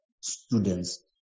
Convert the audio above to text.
students